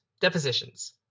Depositions